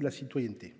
la citoyenneté.